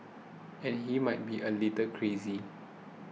and he might be a little crazy